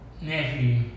nephew